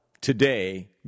today